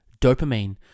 dopamine